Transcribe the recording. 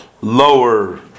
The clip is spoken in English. lower